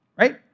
right